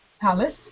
palace